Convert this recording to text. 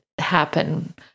Happen